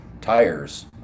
tires